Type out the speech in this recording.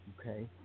Okay